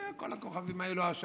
כל הכוכבים האלה.